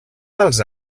dels